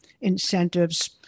incentives